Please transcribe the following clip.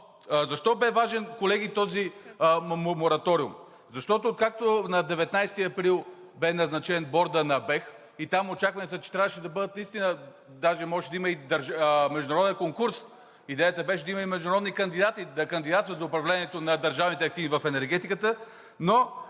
защо бе важен, колеги, този мораториум? Защото, откакто на 19 април бе назначен бордът на Българския енергиен холдинг и там очакванията, че трябваше да бъдат наистина – даже можеше да има и международен конкурс, идеята беше да има и международни кандидати, да кандидатстват за управлението на държавните активи в енергетиката,